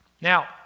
Now